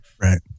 Right